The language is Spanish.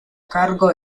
cargo